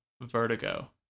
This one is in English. Vertigo